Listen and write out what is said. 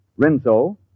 Rinso